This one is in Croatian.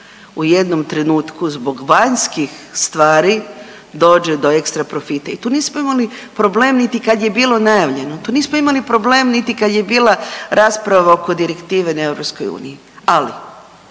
u jednom trenutku zbog vanjskih stvari dođe do ekstra profita. I tu nismo imali problem niti kad je bilo najavljeno, tu nismo imali problem niti kad je bila rasprava oko direktive na Europskoj